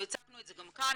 והצגנו את זה גם כאן,